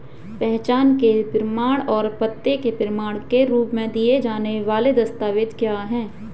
पहचान के प्रमाण और पते के प्रमाण के रूप में दिए जाने वाले दस्तावेज क्या हैं?